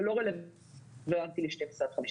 זה לא רלוונטי ל-12 עד 15ץ